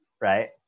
right